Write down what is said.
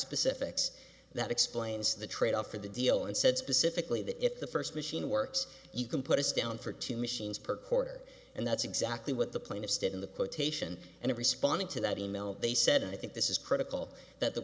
specifics that explains the trade off of the deal and said specifically that if the first machine works you can put us down for two machines per quarter and that's exactly what the plaintiffs did in the quotation and in responding to that e mail they said i think this is critical that the